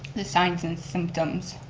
the signs and symptoms,